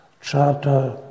Charter